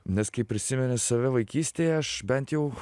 nes kai prisimeni save vaikystėje aš bent jau